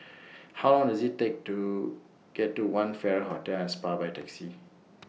How Long Does IT Take to get to one Farrer Hotel and Spa By Taxi